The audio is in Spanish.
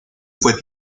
fue